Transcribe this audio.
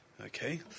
Okay